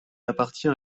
appartient